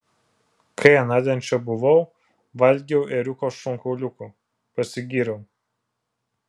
kai anądien čia buvau valgiau ėriuko šonkauliukų pasigyriau